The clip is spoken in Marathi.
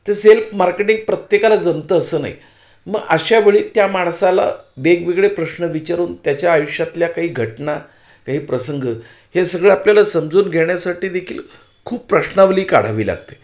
ते सेल्फ मार्केटिंग प्रत्येकाला जमतं असं नाही मग अशा वेळी त्या माणसाला वेगवेगळे प्रश्न विचारून त्याच्या आयुष्यातल्या काही घटना काही प्रसंग हे सगळं आपल्याला समजून घेण्यासाठी देखील खूप प्रश्नावली काढावी लागते